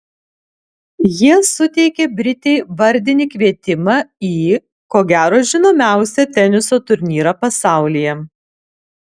jie suteikė britei vardinį kvietimą į ko gero žinomiausią teniso turnyrą pasaulyje